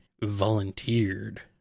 volunteered